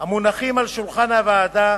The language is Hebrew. המונחים על שולחן הוועדה,